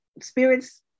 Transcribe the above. spirits